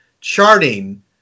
charting